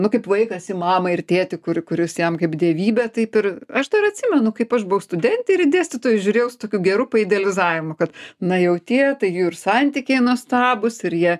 nu kaip vaikas į mamą ir tėtį kuri kuris jam kaip dievybė taip ir aš dar atsimenu kaip aš buvau studentė ir į dėstytojus žiūrėjau su tokiu geru idealizavimu kad na jau tie tai jų ir santykiai nuostabūs ir jie